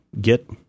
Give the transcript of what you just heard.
get